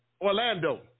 Orlando